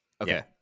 Okay